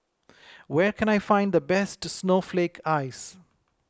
where can I find the best Snowflake Ice